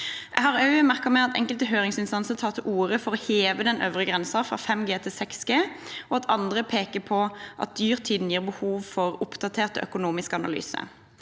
Jeg har også merket meg at enkelte høringsinstanser tar til orde for å heve den øvre grensen, fra 5 G til 6 G, og at andre peker på at dyrtiden gir behov for oppdaterte økonomiske analyser.